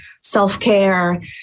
self-care